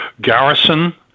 Garrison